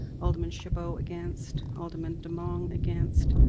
alderman chabot against, alderman demong against,